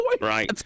Right